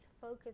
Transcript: focus